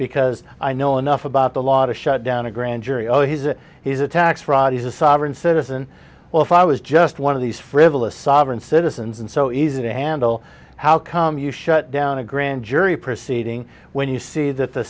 because i know enough about the law to shut down a grand jury oh he's a he's a tax fraud he's a sovereign citizen well if i was just one of these frivolous sovereign citizens and so easy to handle how come you shut down a grand jury proceeding when you see that the